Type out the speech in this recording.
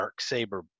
Darksaber